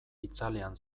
itzalean